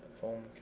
phone